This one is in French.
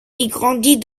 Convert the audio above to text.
grandit